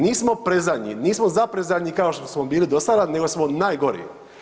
Nismo predzadnji nismo za predzadnji kao što smo bili do sada nego smo najgori.